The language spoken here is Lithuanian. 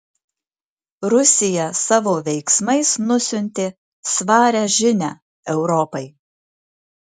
rusija savo veiksmais nusiuntė svarią žinią europai